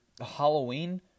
Halloween